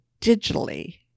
digitally